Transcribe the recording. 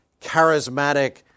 charismatic